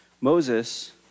Moses